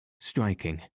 striking